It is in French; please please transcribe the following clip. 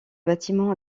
bâtiments